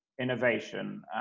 innovation